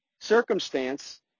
circumstance